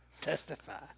Testify